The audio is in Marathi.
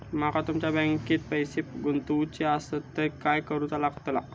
माका तुमच्या बँकेत पैसे गुंतवूचे आसत तर काय कारुचा लगतला?